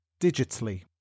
digitally